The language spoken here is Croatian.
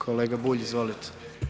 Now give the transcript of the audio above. Kolega Bulj, izvolite.